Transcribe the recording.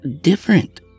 different